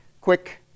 quick